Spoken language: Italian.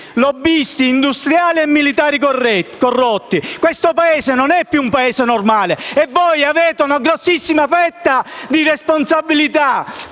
lobbisti industriali e militari corrotti. Questo non è più un Paese normale e voi avete una grandissima fetta di responsabilità,